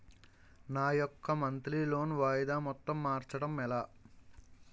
నా యెక్క monthly loan వాయిదా మొత్తం మార్చడం ఎలా?